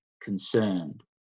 concerned